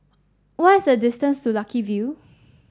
what is the distance to Lucky View